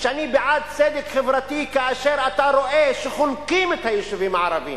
שאתה בעד צדק חברתי כאשר אתה רואה שחונקים את היישובים הערביים,